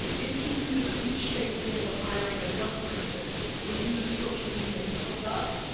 if you do the cliche thing of hiring a young person who uses social media to hook up,